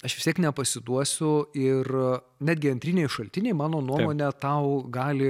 aš vis tiek nepasiduosiu ir netgi antriniai šaltiniai mano nuomone tau gali